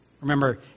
Remember